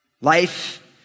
Life